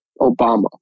Obama